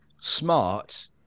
smart